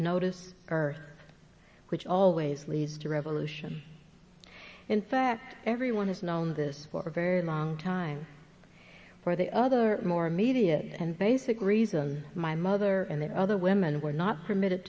notice earth which always leads to revolution in fact everyone has known this for a very long time for the other more immediate and basic reason my mother and the other women were not permitted